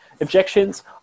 objections